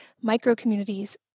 micro-communities